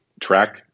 track